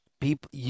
people –